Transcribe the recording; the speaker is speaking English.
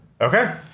Okay